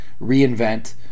reinvent